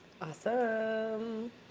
Awesome